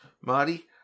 Marty